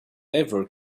ever